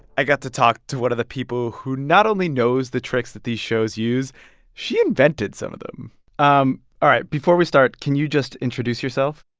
i got to talk to one of the people who not only knows the tricks that these shows use she invented some of them um all right. before we start, can you just introduce yourself?